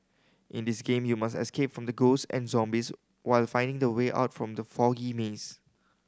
in this game you must escape from the ghosts and zombies while finding the way out from the foggy maze